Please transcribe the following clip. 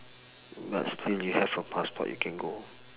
but still you have a passport you can go